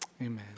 Amen